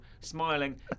smiling